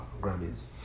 Grammys